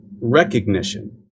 recognition